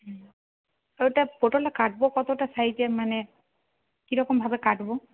হুম ওটা পটলটা কাটব কতটা সাইজের মানে কীরকমভাবে কাটব